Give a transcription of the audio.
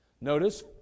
Notice